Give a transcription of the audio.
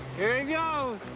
here he goes.